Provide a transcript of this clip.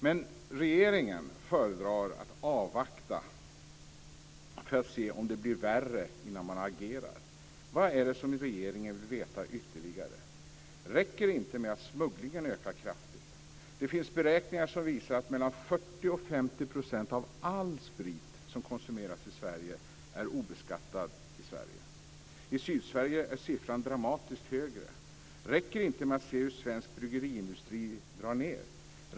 Men regeringen föredrar att avvakta för att se om det blir värre innan man agerar. Vad är det som regeringen vill veta ytterligare? Räcker det inte att smugglingen ökar kraftigt? Det finns beräkningar som visar att mellan 40 % och 50 % av all sprit som konsumeras i Sverige är obeskattad i Sverige. I Sydsverige är siffran dramatiskt högre. Räcker det inte att se att svensk bryggeriindustri drar ned?